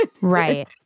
Right